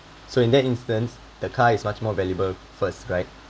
so in that instance the car is much more valuable first right